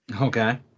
Okay